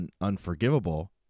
unforgivable